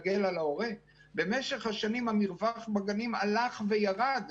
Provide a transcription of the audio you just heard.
במשך השנים המרווח בגנים הולך ויורד,